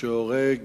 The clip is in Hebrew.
שהורג